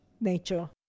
nature